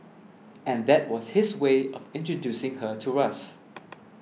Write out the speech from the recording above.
and that was his way of introducing her to us